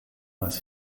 als